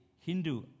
Hindu